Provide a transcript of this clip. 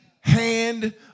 hand